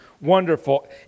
wonderful